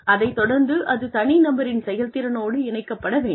அதைத் தொடர்ந்து அது தனிநபரின் செயல்திறனோடு இணைக்கப்பட வேண்டும்